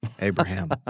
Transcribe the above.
Abraham